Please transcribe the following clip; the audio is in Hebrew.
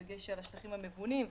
בדגש על השטחים המבונים.